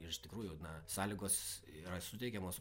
ir iš tikrųjų na sąlygos yra suteikiamos